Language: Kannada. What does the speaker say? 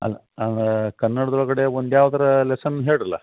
ಅಲ್ಲ ಆಂ ಕನ್ನಡದೊಳ್ಗಡೆ ಒಂದು ಯಾವ್ದಾರು ಲೆಸನ್ ಹೇಳ್ರಲ್ಲ